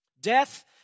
Death